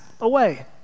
away